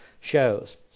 shows